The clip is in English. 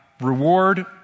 reward